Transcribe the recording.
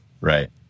Right